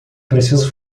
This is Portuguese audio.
preciso